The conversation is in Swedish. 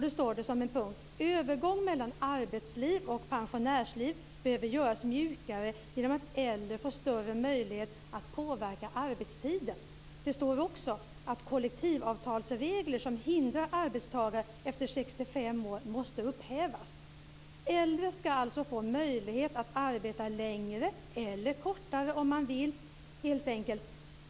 Det står som en punkt: Övergång mellan arbetsliv och pensionärsliv behöver göras mjukare genom att äldre får större möjlighet att påverka arbetstiden. Det står också att kollektivavtalsregler som hindrar arbetstagare efter 65 år måste upphävas. Äldre ska alltså få möjlighet att helt enkelt arbeta längre eller kortare om man vill.